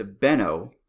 Benno